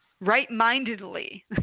right-mindedly